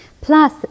plus